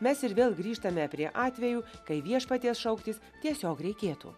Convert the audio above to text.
mes ir vėl grįžtame prie atvejų kai viešpaties šauktis tiesiog reikėtų